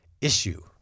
issue